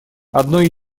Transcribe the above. одной